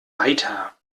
weiter